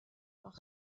par